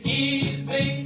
easy